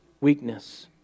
weakness